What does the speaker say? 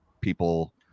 people